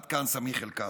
עד כאן סמיח אל-קאסם.